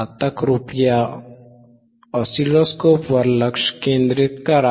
आता कृपया ऑसिलोस्कोपवर लक्ष केंद्रित करा